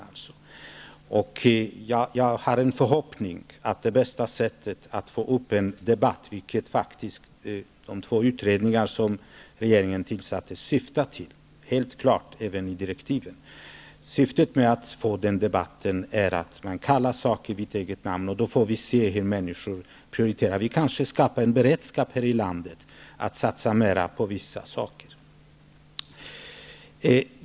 Jag hade en förhoppning att det var bästa sättet att få upp en debatt, vilket faktiskt också de två utredningar som regeringen har tillsatt syftar till -- helt klart enligt direktiven. Syftet med debatten är att man kallar saker vid rätt namn, och då får vi se hur människor prioriterar. Vi kanske ordnar en beredskap i landet att satsa mera på vissa saker.